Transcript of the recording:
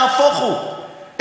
נהפוך הוא,